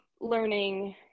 learning